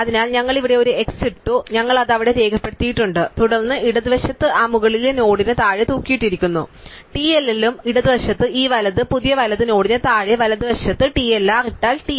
അതിനാൽ ഞങ്ങൾ ഇവിടെ ഒരു x ഇട്ടു ഞങ്ങൾ അത് അവിടെ രേഖപ്പെടുത്തിയിട്ടുണ്ട് തുടർന്ന് ഇടതുവശത്ത് ആ മുകളിലെ നോഡിന് താഴെ തൂക്കിയിട്ടിരിക്കുന്നു TLL ഉം ഇടതുവശത്ത് ഈ വലത് പുതിയ വലത് നോഡിന് താഴെ വലതുവശത്ത് TLR ഇട്ടാൽ TR